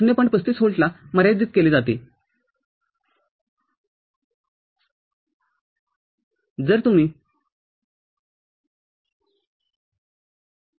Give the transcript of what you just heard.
३५ व्होल्टला मर्यादित केले जाते जर तुम्ही घेतले जर आपण त्या पद्धतीने उत्पादन केले तर आणि हे आपले ०